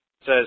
says